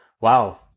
wow